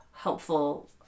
helpful